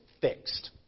fixed